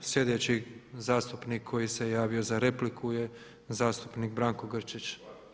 Sljedeći zastupnik koji se javio za repliku je zastupnik Branko Grčić.